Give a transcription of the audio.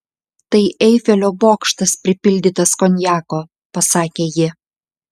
tai eifelio bokštas pripildytas konjako pasakė ji